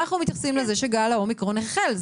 אנחנו מתייחסים לזה שגל האומיקרון החל.